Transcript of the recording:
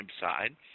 side